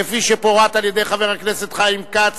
כפי שפורטה על-ידי חבר הכנסת חיים כץ,